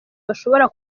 bashobora